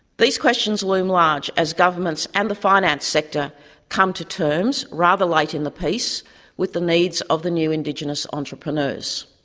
these questions loom large as governments and the finance sector come to terms rather late in the piece with the needs of the new indigenous entrepreneurs.